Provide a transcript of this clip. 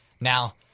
now